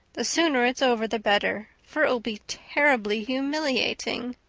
the sooner it's over the better, for it will be terribly humiliating.